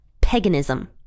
paganism